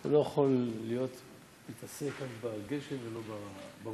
אתה לא יכול להתעסק רק בגשם ולא ברוח.